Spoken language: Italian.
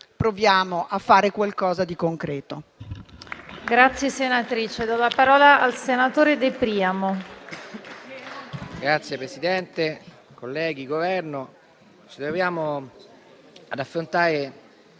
proviamo a fare qualcosa di concreto.